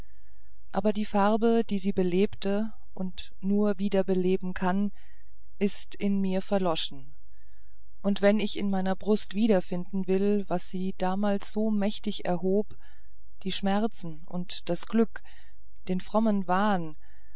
aber die farbe die sie belebte und nur wieder beleben kann ist in mir verloschen und wenn ich in meiner brust wieder finden will was sie damals so mächtig erhob die schmerzen und das glück den frommen wahn